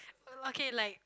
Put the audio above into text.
uh okay like